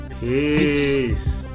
Peace